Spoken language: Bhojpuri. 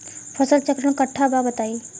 फसल चक्रण कट्ठा बा बताई?